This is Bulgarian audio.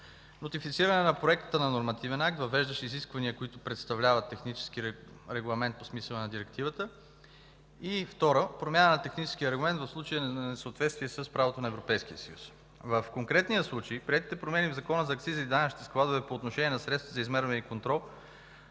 нотифициране на проектите на нормативен акт, въвеждащ изисквания, които представляват технически регламент по смисъла на Директивата, и второ, промяна на техническия регламент в случай на несъответствие с правото на Европейския съюз. В конкретния случай приетите промени в Закона за акцизите и данъчните складове по отношение на средствата за измерване и контрол,